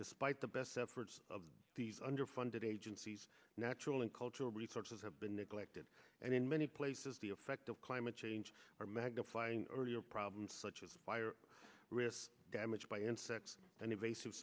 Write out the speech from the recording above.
despite the best efforts of these underfunded agencies natural and cultural resources have been neglected and in many places the effect of climate change are magnifying earlier problems such as fire damage by insects and invasive